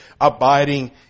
abiding